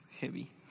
heavy